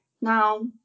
Now